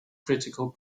critical